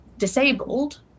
disabled